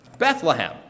bethlehem